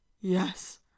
Yes